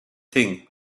thing